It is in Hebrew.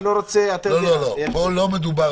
אני לא רוצה --- פה לא מדובר,